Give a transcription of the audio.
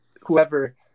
whoever